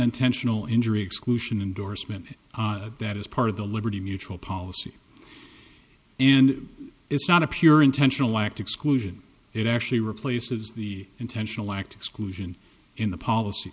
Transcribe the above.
intentional injury exclusion indorsement that is part of the liberty mutual policy and it's not a pure intentional act exclusion it actually replaces the intentional act exclusion in the policy